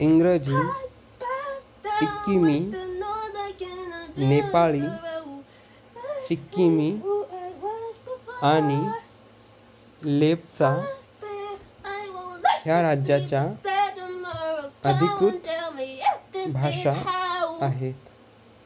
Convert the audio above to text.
इंग्रजी सिक्कीमी नेपाळी सिक्कीमी आणि लेपचा ह्या राज्याच्या अधिकृत भाषा आहेत